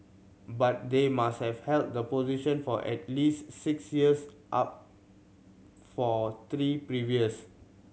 but they must have held the position for at least six years up for three previous